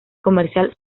comercial